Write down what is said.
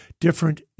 different